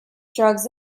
drugs